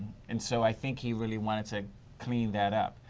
and so i think he really wanted to clean that up.